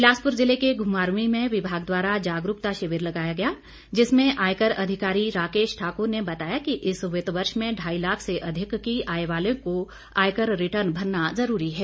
बिलासपुर जिले के घुमारवीं में विभाग द्वारा जागरूकता शिविर लगाया गया जिसमें आयकर अधिकारी राकेश ठाकुर ने बताया कि इस वित्त वर्ष में ढाई लाख से अधिक की आय वालों को आयकर रिटर्न भरना जरूरी है